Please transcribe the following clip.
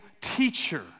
teacher